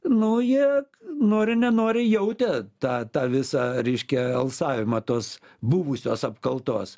nu jie nori nenori jautė tą tą visą reiškia alsavimą tos buvusios apkaltos